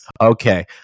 Okay